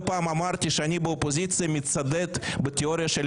אבל אני לא פעם אמרתי שאני באופוזיציה מצדד בתיאוריה של